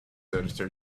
editor